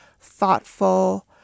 thoughtful